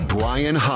Brian